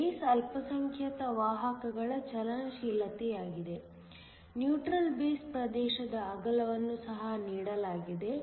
base ಅಲ್ಪಸಂಖ್ಯಾತ ವಾಹಕಗಳ ಚಲನಶೀಲತೆಯಾಗಿದೆ ನ್ಯೂಟ್ರಲ್ ಬೇಸ್ ಪ್ರದೇಶದ ಅಗಲವನ್ನು ಸಹ ನೀಡಲಾಗಿದೆ